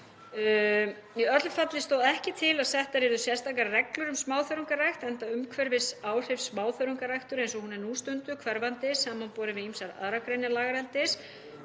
Í öllu falli stóð ekki til að settar yrðu sérstakar reglur um smáþörungarækt enda umhverfisáhrif hennar eins og hún er nú stunduð hverfandi samanborið við ýmsar aðrar greinar lagareldis.